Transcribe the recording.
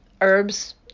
herbs